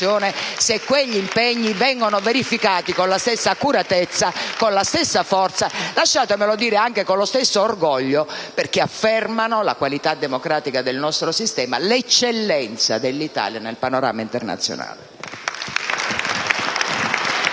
attenzione, vengono verificati con la stessa accuratezza, con la stessa forza e, lasciatemelo dire, con lo stesso orgoglio, perché affermano la qualità democratica del nostro sistema, l'eccellenza dell'Italia nel panorama internazionale.